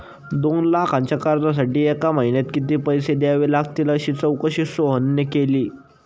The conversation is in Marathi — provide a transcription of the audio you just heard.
दोन लाखांच्या कर्जासाठी एका महिन्यात किती पैसे द्यावे लागतील अशी चौकशी सोहनने केली